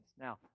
Now